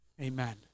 Amen